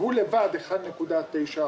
שהוא לבד 1.9%,